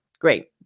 Great